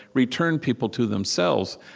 return people to themselves.